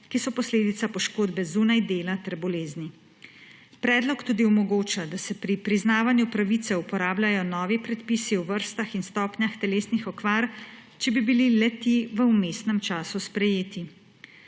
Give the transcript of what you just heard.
ki so posledica poškodbe zunaj dela ter bolezni. Predlog tudi omogoča, da se pri priznavanju pravice uporabljajo novi predpisi o vrstah in stopnjah telesnih okvar, če bi bili le-ti v vmesnem času sprejeti.